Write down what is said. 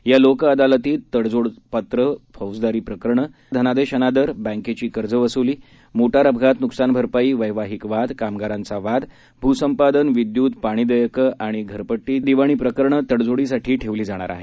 या लोक अदालतीमध्ये तडजोडपात्र फौजदारी प्रकरणं धनादेश अनादर बँकेघी कर्ज वसुली मोटार अपघात नुकसान भरपाई वैवाहिक वाद कामगारांच वाद भूसंपादन विद्यूत पाणी देयक आणि घरपट्टी दिवाणी प्रकरणं तडजोडीसाठी ठेवण्यात येणार आहेत